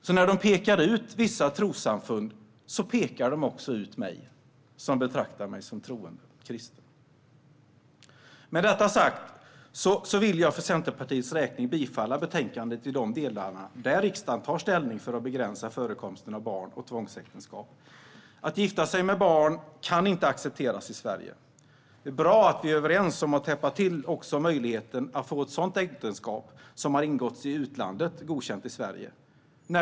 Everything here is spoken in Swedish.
Så när de pekar ut vissa trossamfund pekar de också ut mig, som betraktar mig som troende kristen. Med detta sagt vill jag för Centerpartiets räkning tillstyrka utskottets förslag i betänkandet i de delar där riksdagen tar ställning för att begränsa förekomsten av barn och tvångsäktenskap. Att gifta sig med barn kan inte accepteras i Sverige. Det är bra att vi är överens om att täppa till också möjligheten att få ett sådant äktenskap, som har ingåtts i utlandet, godkänt i Sverige.